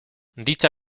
dicha